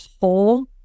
hole